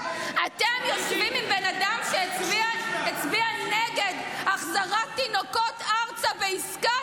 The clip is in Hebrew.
אתם יושבים עם אדם שהצביע נגד החזרת תינוקות ארצה בעסקה.